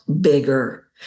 bigger